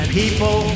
people